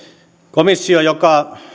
komissio joka